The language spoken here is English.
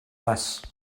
less